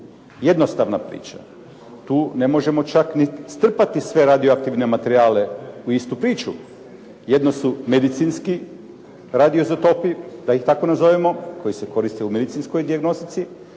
jednostavna priča. Tu ne možemo čak ni strpati sve radioaktivne materijale u istu priču. Jedno su medicinski radioizotopi da ih tako nazovemo koji se koriste u medicinskoj dijagnostici.